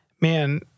man